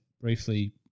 briefly